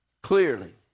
clearly